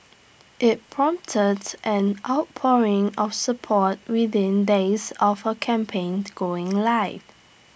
IT prompted an outpouring of support within days of her campaign going live